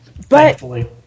Thankfully